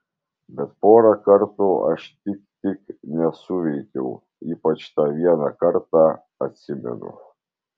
bet porą kartų aš tik tik nesuveikiau ypač tą vieną kartą atsimenu